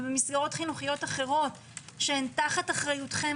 מסגרות חינוכיות אחרות שהם תחת אחריותכם,